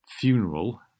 funeral